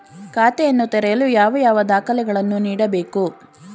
ಖಾತೆಯನ್ನು ತೆರೆಯಲು ಯಾವ ಯಾವ ದಾಖಲೆಗಳನ್ನು ನೀಡಬೇಕು?